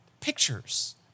Pictures